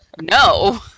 no